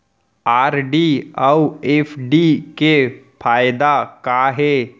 RD अऊ FD के फायेदा का हे?